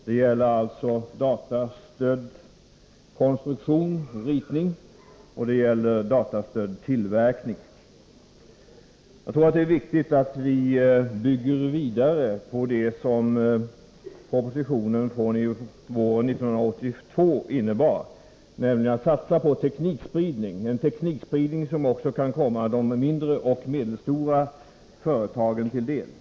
Det gäller datastödd konstruktion och tillverkning. Det är viktigt att bygga vidare på det som propositionen från 1982 innebar, nämligen satsning på en teknikspridning som också kommer de mindre och medelstora företagen till del.